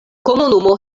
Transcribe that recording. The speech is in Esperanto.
komunumo